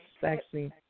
sexy